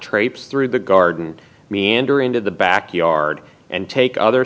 traipse through the garden meander into the back yard and take other